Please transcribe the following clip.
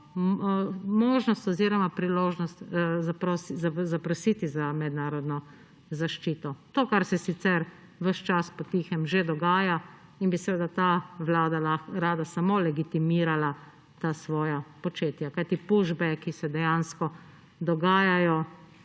možnost oziroma priložnost zaprositi za mednarodno zaščito – to, kar se sicer ves čas potihem že dogaja – in bi seveda ta vlada rada samo legitimirala ta svoja početja. Kajti pushbacki se dejansko dogajajo,